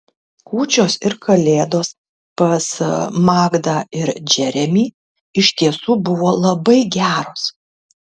kūčios ir kalėdos pas magdą ir džeremį iš tiesų buvo labai geros